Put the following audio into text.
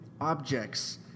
objects